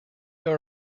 are